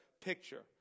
picture